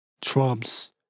Trump's